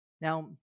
Now